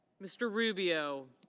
mr. rubio.